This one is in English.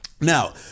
Now